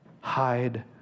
Hide